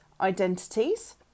Identities